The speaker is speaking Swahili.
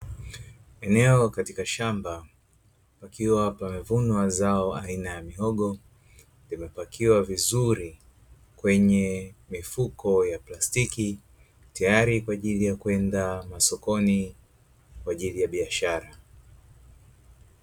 Eneo katika shamba pakiwa pamevunwa zao aina ya mihogo, limepakiwa vizuri kwenye mifuko ya plastiki tayari kwa ajili ya kwenda masokoni kwa ajili ya biashara.